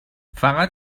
فقط